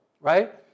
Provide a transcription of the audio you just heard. right